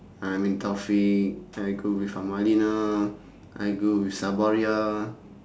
I'm with taufik I go with amalinah I go with sabariah